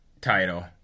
title